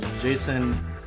Jason